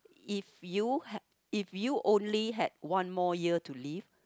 if you if you only had one more year to live